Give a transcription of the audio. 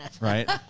right